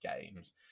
games